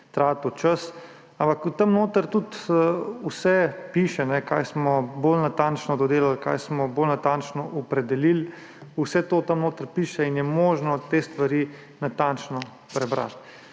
tratil čas. Ampak tam notri tudi piše vse, kaj smo bolj natančno dodelali, kaj smo bolj natančno opredelili. Vse to tam notri piše in je možno te stvari natančno prebrati.